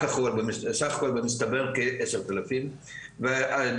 הכול במצטבר כ-10,000 מתוך 50 אלף מורים שעלו ארצה.